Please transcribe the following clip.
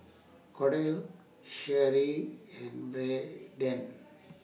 Kordell Sherry and Braeden